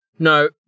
No